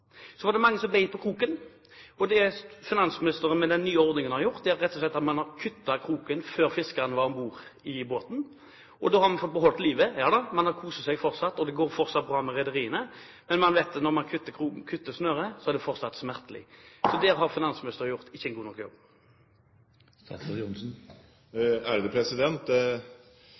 Det var mange som bet på kroken. Det finansministeren med den nye ordningen har gjort, er rett og slett å kutte snøret før fisken var om bord i båten. Da har man fått beholde livet – ja da, man kan kose seg fortsatt, og det går fortsatt bra med rederiene. Men man vet at når man kutter snøret, så er det fortsatt smertelig. Der har ikke finansministeren gjort en god nok